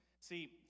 See